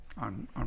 on